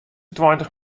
tweintich